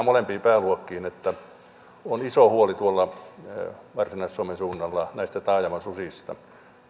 molempiin pääluokkiin että on iso huoli tuolla varsinais suomen suunnalla näistä taajamasusista ja